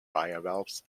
bivalves